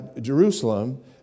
Jerusalem